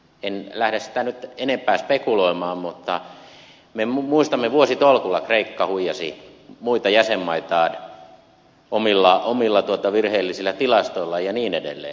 en lähde sitä nyt enempää spekuloimaan mutta me muistamme että vuositolkulla kreikka huijasi muita jäsenmaita omilla virheellisillä tilastoillaan ja niin edelleen